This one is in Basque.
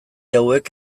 hauek